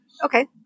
okay